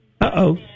Uh-oh